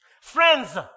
Friends